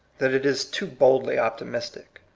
that it is too boldly optimistic.